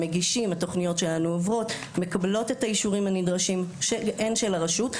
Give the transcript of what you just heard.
התוכניות שלנו עוברות ומקבלות את האישורים הנדרשים של הרשות.